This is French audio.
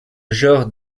genre